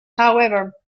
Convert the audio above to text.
however